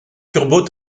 turbo